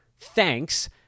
thanks